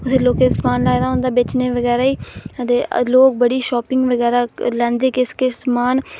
उत्थै लोकें समान लाए दा होंदा बेचने बगैरा ई अदे लोग बड़ी शापिंग लैंदे किश किश समान